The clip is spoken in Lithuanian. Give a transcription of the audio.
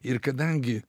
ir kadangi